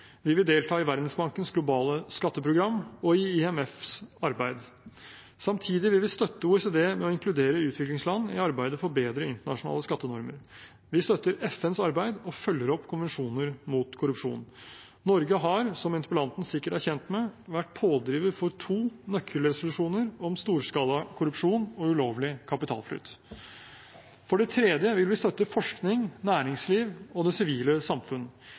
Vi vil delta i Verdensbankens globale skatteprogram og i IMFs arbeid. Samtidig vil vi støtte OECD med å inkludere utviklingsland i arbeidet for bedre internasjonale skattenormer. Vi støtter FNs arbeid og følger opp konvensjoner mot korrupsjon. Norge har, som interpellanten sikkert er kjent med, vært pådriver for to nøkkelresolusjoner om storskalakorrupsjon og ulovlig kapitalflyt. For det tredje vil vi støtte forskning, næringsliv og det sivile samfunn.